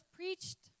preached